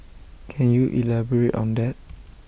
can you elaborate on that